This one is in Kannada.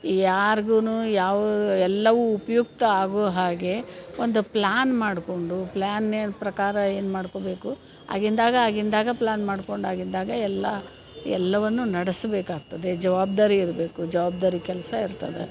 ಯಾರ್ಗೂ ಯಾವೂ ಎಲ್ಲವೂ ಉಪಯುಕ್ತ ಆಗುವ ಹಾಗೆ ಒಂದು ಪ್ಲ್ಯಾನ್ ಮಾಡಿಕೊಂಡು ಪ್ಲ್ಯಾನಿನ ಪ್ರಕಾರ ಏನು ಮಾಡ್ಕೊಬೇಕು ಆಗಿಂದಾಗ ಆಗಿಂದಾಗ ಪ್ಲಾನ್ ಮಾಡ್ಕೊಂಡು ಆಗಿಂದಾಗ ಎಲ್ಲ ಎಲ್ಲವನ್ನು ನಡೆಸಬೇಕಾಗ್ತದೆ ಜವಾಬ್ದಾರಿ ಇರಬೇಕು ಜವಾಬ್ದಾರಿ ಕೆಲಸ ಇರ್ತದೆ